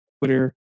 twitter